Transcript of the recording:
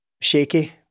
shaky